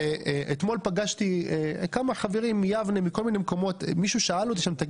אתמול פגשתי כמה חברים מיבנה ומכל מיני מקומות ומישהו שאל אותי אם יש